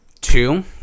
two